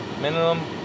minimum